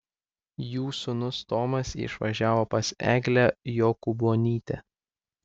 jų sūnus tomas išvažiavo pas eglę jokūbonytę